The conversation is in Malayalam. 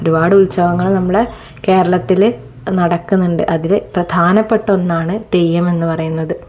ഒരുപാട് ഉത്സവങ്ങൾ നമ്മുടെ കേരളത്തിൽ നടക്കുന്നുണ്ട് അതിൽ പ്രധാനപ്പെട്ട ഒന്നാണ് തെയ്യമെന്നു പറയുന്നത്